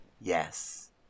yes